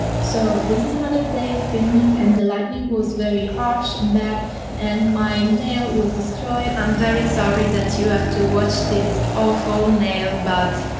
so this is another day of filming and the lightning was very harsh and bad and my nail was destroyed i'm very sorry that you have to watch this awful nail but